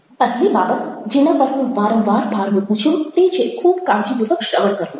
પહેલી બાબત જેના પર હું વારંવાર ભાર મુકું છું તે છે ખૂબ કાળજીપૂર્વક શ્રવણ કરવું